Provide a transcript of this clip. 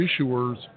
issuers